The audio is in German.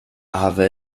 aber